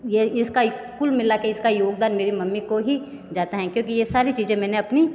ये इसका इक कुल मिला के इसका योगदान मेरे मम्मी को ही जाता हैं क्योंकि ये सारी चीज़ें मैंने अपनी